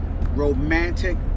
Romantic